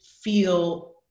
feel